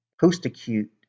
post-acute